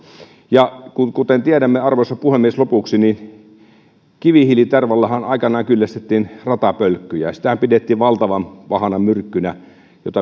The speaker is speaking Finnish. ja kuten tiedämme arvoisa puhemies lopuksi kivihiilitervallahan aikanaan kyllästettiin ratapölkkyjä sitä pidettiin valtavan pahana myrkkynä ja